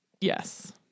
Yes